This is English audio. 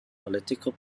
political